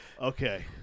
Okay